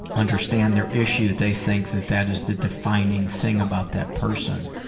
understand their issues. they think that that is the defining thing about that person.